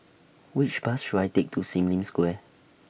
Which Bus should I Take to SIM Lim Square